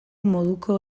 moduko